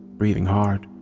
breathing hard.